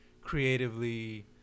creatively